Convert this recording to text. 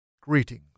Greetings